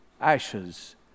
ashes